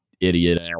Idiot